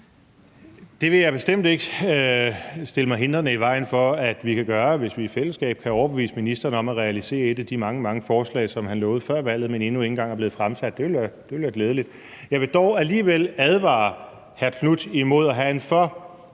Det vil jeg bestemt ikke stille mig i vejen for at vi kan gøre. Hvis vi i fællesskab kan overbevise ministeren om at realisere et af de mange, mange forslag, som han kom med før valget, men som endnu ikke er blevet fremsat, så ville det være glædeligt. Jeg vil dog alligevel advare hr. Marcus Knuth imod at have en for